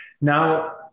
Now